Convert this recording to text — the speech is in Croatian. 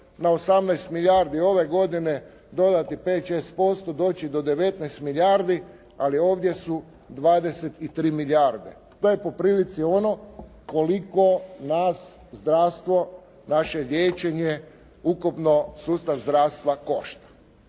na 18 milijardi ove godine dodati 5, 6%, doći do 19 milijardi ali ovdje su 23 milijarde. To je po prilici ono koliko nas zdravstvo vaše liječenje, ukupno sustav zdravstva košta.